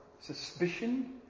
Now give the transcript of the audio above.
suspicion